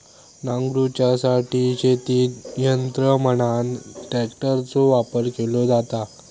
नांगरूच्यासाठी शेतीत यंत्र म्हणान ट्रॅक्टरचो वापर केलो जाता